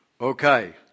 Okay